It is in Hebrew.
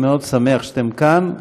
אני מאוד שמח שאתם כאן.